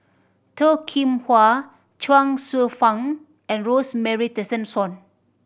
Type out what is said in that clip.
Toh Kim Hwa Chuang Hsueh Fang and Rosemary Tessensohn